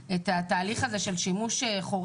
מעל ראשינו את התהליך הזה של שימוש חורג,